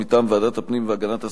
מטעם ועדת הפנים והגנת הסביבה,